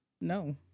No